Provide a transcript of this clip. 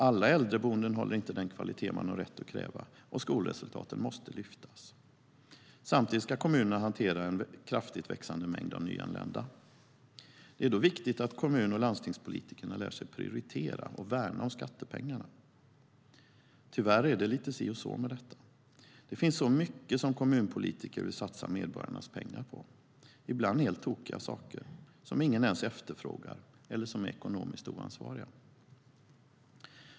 Alla äldreboenden håller inte den kvalitet man har rätt att kräva, och skolresultaten måste höjas. Samtidigt ska kommunerna hantera en kraftigt växande mängd nyanlända. Det är då viktigt att kommun och landstingspolitikerna lär sig prioritera och värna om skattepengarna. Tyvärr är det lite si och så med detta. Det finns så mycket som kommunpolitiker vill satsa medborgarnas pengar på. Ibland är det helt tokiga saker som ingen ens efterfrågar eller sådana som är ekonomiskt oansvariga.